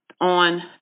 on